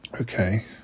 okay